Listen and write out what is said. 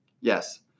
Yes